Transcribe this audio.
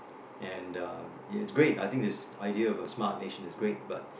and uh it's great I think this idea of a smart nation is great but